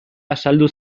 azaldu